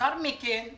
צריך לתת את הכסף הזה.